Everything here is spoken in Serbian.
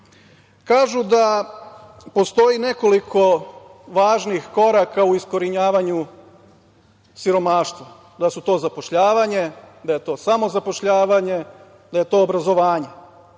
im. Kažu da postoji nekoliko važnih koraka u iskorenjivanju siromaštva, da su to zapošljavanje, da je to samo zapošljavanje, da je to obrazovanje.